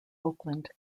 oakland